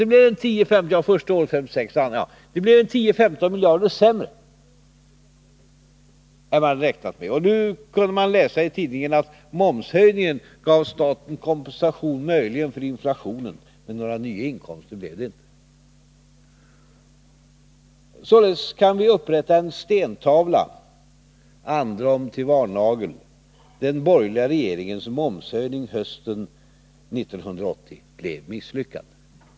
Underskottet blir 10 å 15 miljarder högre än vad regeringen räknade med. I tidningarna kunde man i förra veckan läsa att momshöjningen i fjol möjligen gav staten kompensation för inflationen. Men några nya inkomster blev det inte. Således kan vi sätta upp en stentavla, androm till varnagel: Den borgerliga regeringens momshöjning hösten 1980 blev misslyckad.